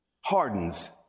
hardens